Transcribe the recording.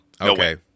Okay